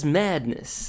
madness